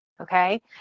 okay